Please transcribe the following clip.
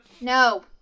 No